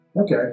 okay